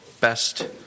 best